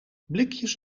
blikjes